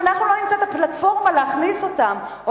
אם אנחנו לא נמצא את הפלטפורמה להכניס אותם או